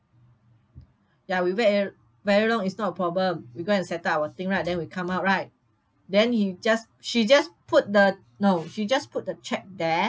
ya we wait a~ very long is not a problem we go and settle our thing right then we come out right then you just she just put the no she just put that check there